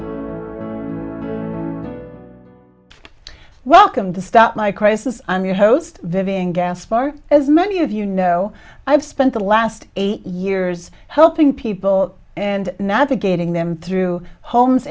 welcome to stop my crisis i'm your host vivian gas for as many of you know i've spent the last eight years helping people and navigating them through homes